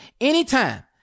anytime